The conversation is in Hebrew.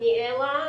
אני אלה,